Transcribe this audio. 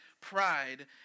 pride